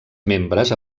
membres